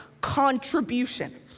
contribution